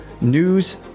news